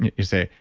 you say,